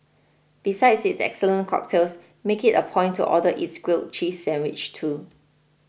besides its excellent cocktails make it a point to order its grilled cheese sandwich too